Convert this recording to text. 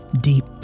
deep